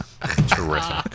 Terrific